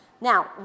Now